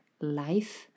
life